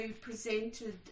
presented